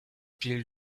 pill